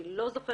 אני לא זוכרת,